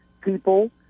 people